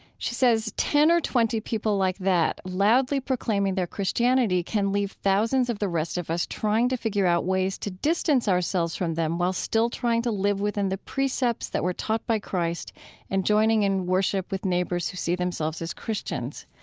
she says, ten or twenty people like that loudly proclaiming their christianity can leave thousands of the rest of us trying to figure out ways to distance ourselves from them while still trying to live within the precepts that were taught by christ and joining in worship with neighbors who see themselves as christians.